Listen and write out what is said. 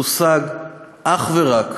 תושג אך ורק